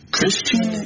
Christian